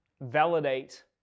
validate